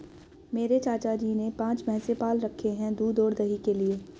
मेरे चाचा जी ने पांच भैंसे पाल रखे हैं दूध और दही के लिए